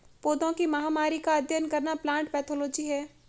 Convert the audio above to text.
पौधों की महामारी का अध्ययन करना प्लांट पैथोलॉजी है